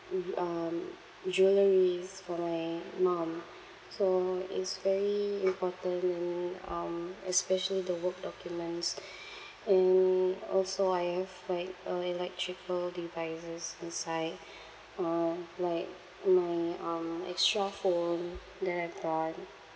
mm um jewelleries for my mum so is very important and um especially the work documents and also I have like uh electrical devices inside uh like my um extra phone that I brought